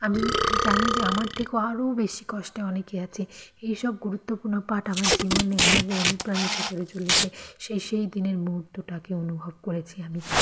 আমি জানি যে আমার থেকেও আরও বেশি কষ্টে অনেকে আছে এইসব গুরুত্বপূর্ণ পাঠ আমার জীবনে আমাকে অনুপ্রাণিত করে চলেছে সে সেই দিনের মুহূর্তটাকে অনুভব করেছি আমি